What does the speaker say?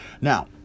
Now